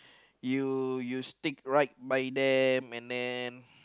you you stick right by them and then